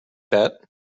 that